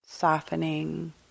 Softening